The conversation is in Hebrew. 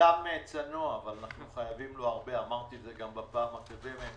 אדם צנוע אבל אנחנו חייבים לו הרבה ואמרתי את זה גם בפעם הקודמת,